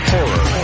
Horror